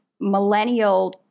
millennial